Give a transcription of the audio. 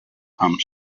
amb